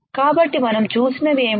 కాబట్టి మనం చూసినవి ఏమిటి